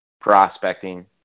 prospecting